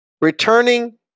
returning